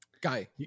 guy